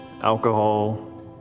alcohol